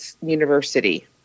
university